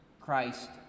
Christ